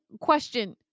question